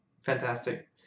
Fantastic